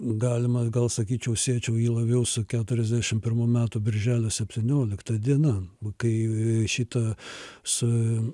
galima gal sakyčiau siečiau jį labiau su keturiasdešimt pirmų metų birželio septyniolikta diena kai šitas